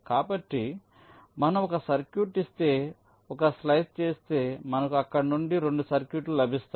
కాబట్టి మనం ఒక సర్క్యూట్ ఇస్తే ఒక స్లైస్ చేస్తే మనకు అక్కడ నుండి 2 సర్క్యూట్లు లభిస్తాయి